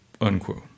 unquote